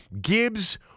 Gibbs